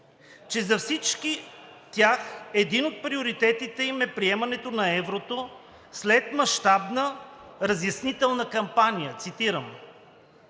че за всички тях един от приоритетите им е приемането на еврото след „мащабна разяснителна кампания“ – цитирам,